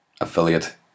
affiliate